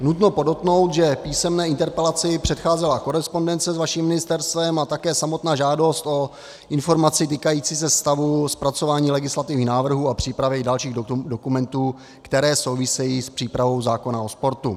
Nutno podotknout, že písemné interpelaci předcházela korespondence s vaším ministerstvem a také samotná žádost o informaci týkající se stavu zpracování legislativních návrhů a přípravy dalších dokumentů, které souvisejí s přípravou zákona o sportu.